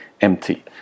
empty